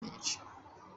n’igice